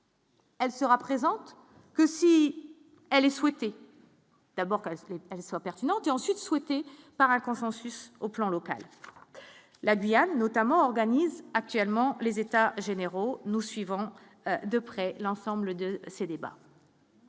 Elle sera présente que si elle est souhaitée. D'abord que ce qu'elles soient pertinentes et ensuite souhaité. Par un consensus au plan local, la Guyane notamment organise actuellement les états généraux, nous suivons de près l'ensemble de ces débats.